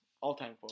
all-time